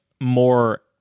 more